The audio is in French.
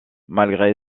malgré